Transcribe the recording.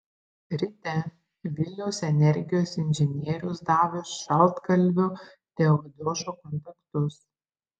ryte vilniaus energijos inžinierius davė šaltkalvio tadeušo kontaktus